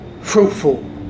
fruitful